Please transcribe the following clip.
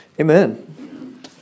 Amen